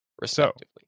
Respectively